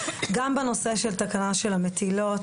גם בנושא של תקנות המטילות.